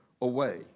away